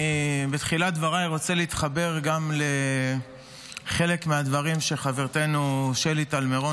בתחילת דבריי אני רוצה להתחבר לחלק מהדברים שאמרה חברתנו שלי טל מירון.